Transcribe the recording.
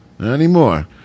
Anymore